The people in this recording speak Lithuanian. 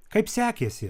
kaip sekėsi